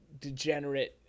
degenerate